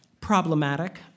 problematic